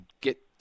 get